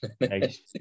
Nice